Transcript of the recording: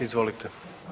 Izvolite.